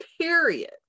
Period